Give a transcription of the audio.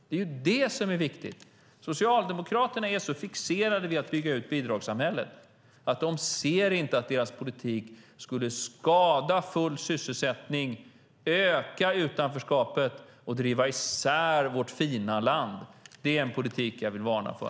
Det är det som är viktigt. Socialdemokraterna är så fixerade vid att bygga ut bidragssamhället att de inte ser att deras politik skulle skada full sysselsättning, öka utanförskapet och driva isär vårt fina land. Det är en politik jag vill varna för.